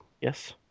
Yes